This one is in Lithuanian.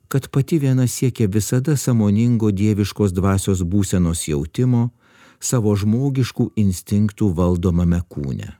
kad pati viena siekia visada sąmoningo dieviškos dvasios būsenos jautimo savo žmogiškų instinktų valdomame kūne